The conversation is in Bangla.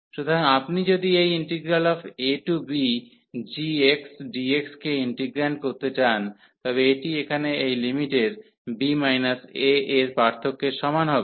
সুতরাং আপনি যদি এই abgxdx কে ইন্টিগ্রেট করতে চান তবে এটি এখানে এই লিমিটের b a এর পার্থক্যের সমান হবে